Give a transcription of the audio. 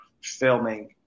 filming